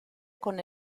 con